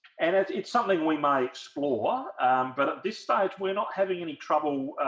and it's it's something we might explore but at this stage we're not having any trouble